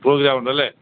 പ്രോഗ്രാമുണ്ട് അല്ലേ